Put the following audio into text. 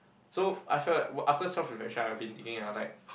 so I felt that after self reflection I've been thinking ah like